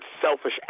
selfish